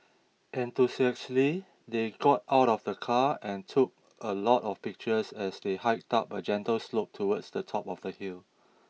enthusiastically they got out of the car and took a lot of pictures as they hiked up a gentle slope towards the top of the hill